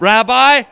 Rabbi